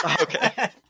Okay